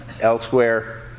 elsewhere